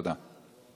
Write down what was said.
תודה.